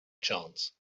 chance